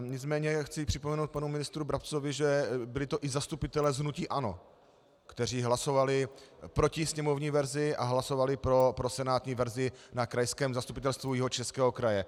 Nicméně chci připomenout panu ministru Brabcovi, že to byli i zastupitelé z hnutí ANO, kteří hlasovali proti sněmovní verzi a hlasovali pro senátní verzi na krajském Zastupitelstvu Jihočeského kraje.